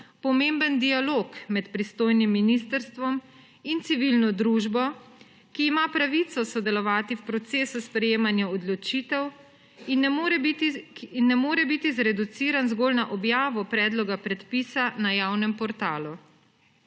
pomemben dialog med pristojnim ministrstvom in civilno družbo, ki ima pravico sodelovati v procesu sprejemanja odločitev in ne more biti zreduciran zgolj na objavo predloga predpisa na javnem portalu.